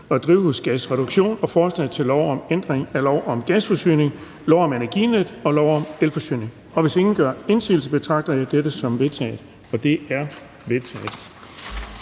og drivhusgasreduktion og forslag til lov om ændring af lov om gasforsyning, lov om Energinet og lov om elforsyning. Hvis ingen gør indsigelse, betragter jeg dette som vedtaget. Det er vedtaget.